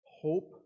hope